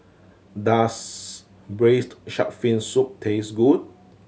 does Braised Shark Fin Soup taste good